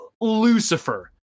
lucifer